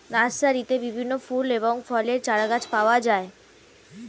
নার্সারিতে বিভিন্ন ফুল এবং ফলের চারাগাছ পাওয়া যায়